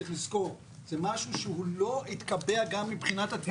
צריך לזכור, זה משהו שלא התקבע גם מבחינת התפיסה.